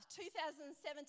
2017